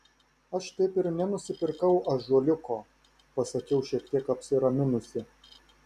aš taip ir nenusipirkau ąžuoliuko pasakiau šiek tiek apsiraminusi